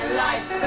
life